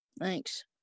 Thanks